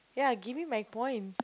ya give me my point